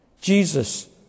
Jesus